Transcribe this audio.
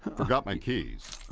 forgot my keys.